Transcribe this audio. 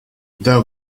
thou